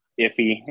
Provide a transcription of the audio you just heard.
iffy